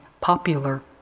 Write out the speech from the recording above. popular